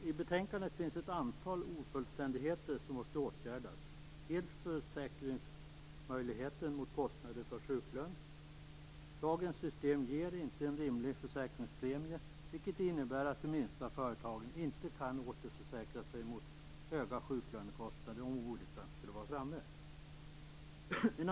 I betänkandet finns ett antal ofullständigheter som måste åtgärdas. Det gäller bl.a. Dagens system ger inte en rimlig försäkringspremie, vilket innebär att de minsta företagen inte kan återförsäkra sig mot höga sjuklönekostnader om olyckan skulle vara framme.